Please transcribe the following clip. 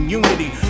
unity